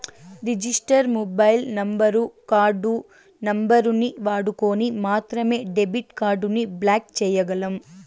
register mobile number, card నంబరుని వాడుకొని మాత్రమే డెబిట్ కార్డుని బ్లాక్ చేయ్యగలం